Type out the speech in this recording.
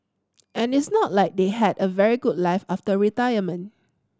and it's not like they had a very good life after retirement